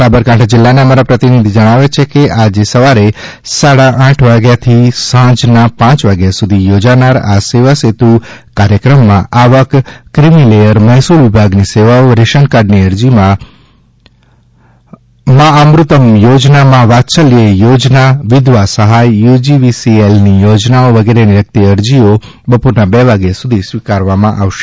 સાંબરકાંઠા જિલ્લાના અમારા પ્રતિનિધિ જણાવે છે કે આજે સવારે સાડા આઠ વાગ્યાથી સાંજના પાંચ વાગ્યા સુધી યોજાનાર આ સેવા સેતુ કાર્યક્રમમાં આવક ક્રિમીલેયર મહેસૂલ વિભાગની સેવાઓ રેશનકાર્ડની અરજી મા અમૃતમ યોજના મા વાત્સલ્ય યોજના વિધવા સહાય યુજીવીસીએસની યોજનાઓ વગેરેની લગતી અરજીઓ બપોરના બે વાગ્યા સુધી સ્વીકારવામાં આવશે